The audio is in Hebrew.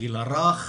בגיל הרך,